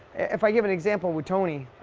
if i give an example, with tony,